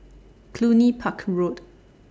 Cluny Park Road